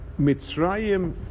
Mitzrayim